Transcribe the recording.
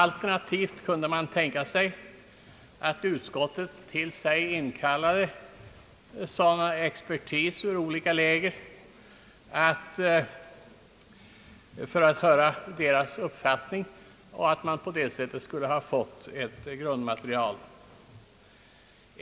Alternativt kunde man tänka sig att utskottet inkallade expertis ur olika läger för att höra deras uppfattning och på det sättet få ett grundmaterial.